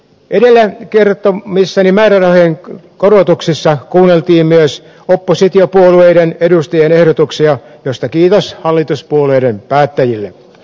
edellä kertomissani määrärahojen korotuksissa kuunneltiin myös oppositiopuolueiden edustajien ehdotuksia mistä kiitos hallituspuolueiden päättäjille